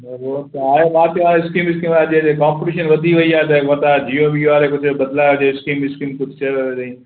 वरी उहो त आहे मां चयो हाणे स्कीम विस्कीम अॼु कल्ह कॉम्पटीशन वधी वई आहे त मतां जियो वियो वारे कुझु बदलायो हुजे स्कीम विस्कीम कुझु चयो हुजांई